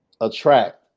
attract